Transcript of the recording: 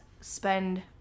spend